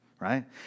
Right